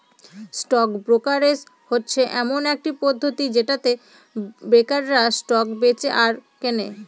stock brokerage হচ্ছে এমন একটি পদ্ধতি যেটাতে ব্রোকাররা স্টক বেঁচে আর কেনে